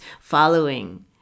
following